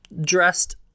dressed